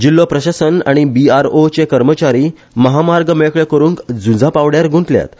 जिल्लो प्रशासन आनी बीआरओ चे कर्मचारी महामार्ग मेकळे करूंक झूंजापांवड्यार गुतल्यात